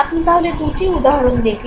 আপনি তাহলে দুটি উদাহরণ দেখলেন